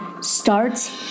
starts